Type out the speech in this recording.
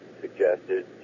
suggested